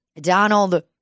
Donald